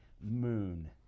Moon